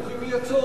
אם יהיה צורך,